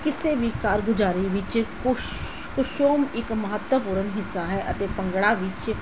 ਕਿਸੇ ਵੀ ਕਾਰਗੁਜ਼ਾਰੀ ਵਿੱਚ ਕੋਸ਼ ਕਸ਼ੋਮ ਇੱਕ ਮਹੱਤਵਪੂਰਨ ਹਿੱਸਾ ਹੈ ਅਤੇ ਭੰਗੜਾ ਵਿਚ